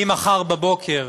ממחר בבוקר